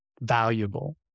valuable